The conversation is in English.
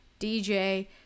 DJ